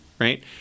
right